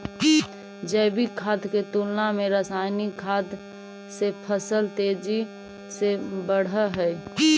जैविक खाद के तुलना में रासायनिक खाद से फसल तेजी से बढ़ऽ हइ